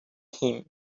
him